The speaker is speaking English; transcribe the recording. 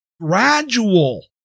gradual